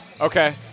Okay